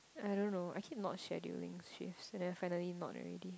I don't know I keep not scheduling shifts and then finally not already